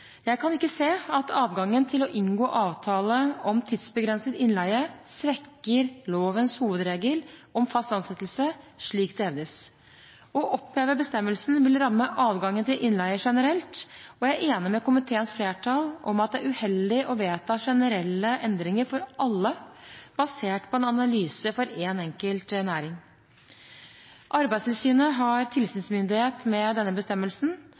Jeg kan ikke se at adgangen til å inngå avtale om tidsbegrenset innleie svekker lovens hovedregel om fast ansettelse, slik det hevdes. Å oppheve bestemmelsen vil ramme adgangen til innleie generelt, og jeg er enig med komiteens flertall i at det er uheldig å vedta generelle endringer for alle basert på en analyse for én enkelt næring. Arbeidstilsynet har tilsynsmyndighet med denne bestemmelsen.